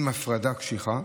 עם הפרדה קשיחה